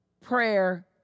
prayer